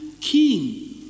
king